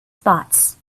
spots